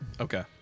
Okay